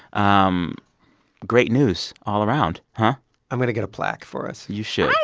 um great news all around i'm going to get a plaque for us you should.